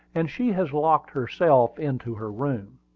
and she has locked herself into her room.